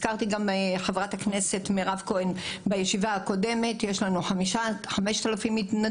גם בישיבה הקודמת הזכרתי שיש לנו 5000 מתנדבים,